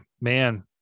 man